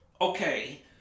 Okay